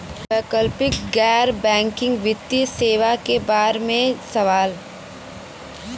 वैकल्पिक गैर बैकिंग वित्तीय सेवा के बार में सवाल?